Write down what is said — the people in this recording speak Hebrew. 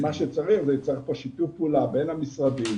מה שצריך זה שיתוף פעולה בין המשרדים,